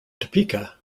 topeka